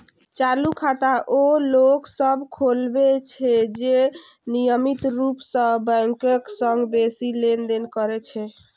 चालू खाता ओ लोक सभ खोलबै छै, जे नियमित रूप सं बैंकक संग बेसी लेनदेन करै छै